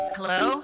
Hello